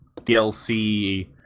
DLC